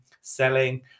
selling